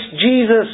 Jesus